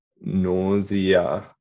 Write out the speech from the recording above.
nausea